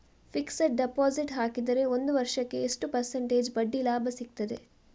Fixed deposit ಹಾಕಿದರೆ ಒಂದು ವರ್ಷಕ್ಕೆ ಎಷ್ಟು ಪರ್ಸೆಂಟೇಜ್ ಬಡ್ಡಿ ಲಾಭ ಸಿಕ್ತದೆ?